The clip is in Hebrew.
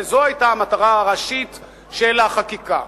וזו היתה המטרה הראשית של החקיקה.